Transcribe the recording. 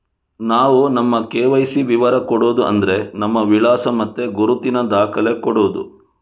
ನಾವು ನಮ್ಮ ಕೆ.ವೈ.ಸಿ ವಿವರ ಕೊಡುದು ಅಂದ್ರೆ ನಮ್ಮ ವಿಳಾಸ ಮತ್ತೆ ಗುರುತಿನ ದಾಖಲೆ ಕೊಡುದು